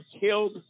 killed